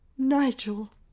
Nigel